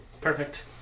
Perfect